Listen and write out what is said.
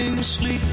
sleep